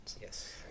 Yes